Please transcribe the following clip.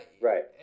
Right